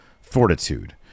fortitude